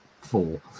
four